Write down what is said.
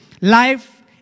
Life